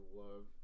love